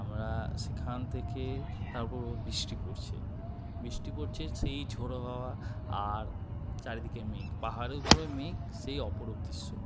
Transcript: আমরা সেখান থেকে তার উপর আবার বৃষ্টি পড়ছে বৃষ্টি পড়ছে সেই ঝোড়ো হাওয়া আর চারিদিকে মেঘ পাহাড়ের উপরেও মেঘ সেই অপরূপ দৃশ্য